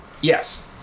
Yes